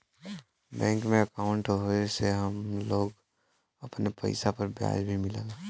bank में अंकाउट होये से हम लोग अपने पइसा पर ब्याज भी मिलला